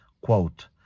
quote